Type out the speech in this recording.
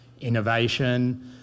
innovation